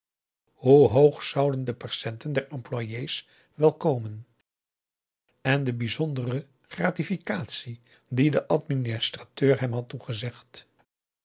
hoe hoog zouden de percenten der employés wel komen en de bijzondere gratificatie die de administrateur hem had toegezegd